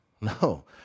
No